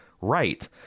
right